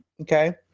okay